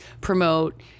promote